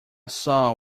saw